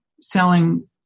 selling